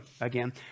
Again